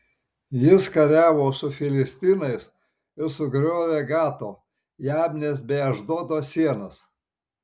jis kariavo su filistinais ir sugriovė gato jabnės bei ašdodo sienas